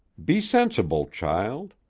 be sensible, child.